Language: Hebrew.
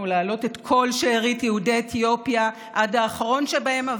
להעלות את כל שארית יהודי אתיופיה עד האחרון שבהם,